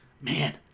man